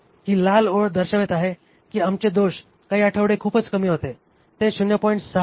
ही लाल ओळ दर्शवित आहे की आमचे दोष काही आठवडे खूपच कमी होते ते 0